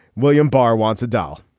william barr wants a doll.